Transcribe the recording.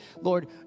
Lord